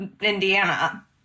Indiana